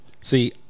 See